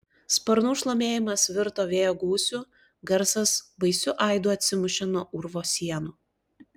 sparnų šlamėjimas virto vėjo gūsiu garsas baisiu aidu atsimušė nuo urvo sienų